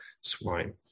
swine